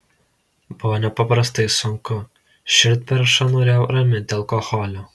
buvo nepaprastai sunku širdperšą norėjo raminti alkoholiu